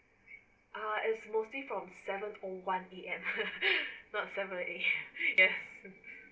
ah is mostly from seven O one P_M not seven A_M ya